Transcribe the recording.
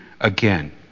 again